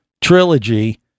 trilogy